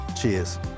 Cheers